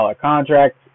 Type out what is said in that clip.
contract